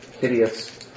hideous